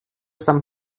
some